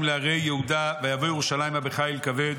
לערי יהודה ויבוא ירושליימה בחיל כבד.